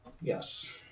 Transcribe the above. Yes